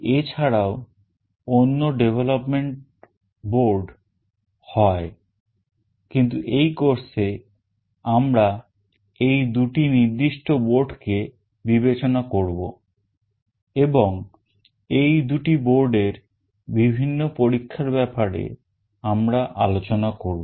এছাড়াও অন্য development board হয় কিন্তু এই কোর্সে আমরা এই দুটি নির্দিষ্ট বোর্ড কে বিবেচনা করব এবং এই দুটি বোর্ডের বিভিন্ন পরীক্ষার ব্যাপারে আমরা আলোচনা করব